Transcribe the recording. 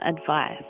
advice